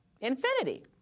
Infinity